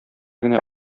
генә